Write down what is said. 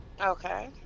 Okay